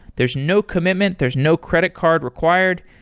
there's no commitment. there's no credit card required.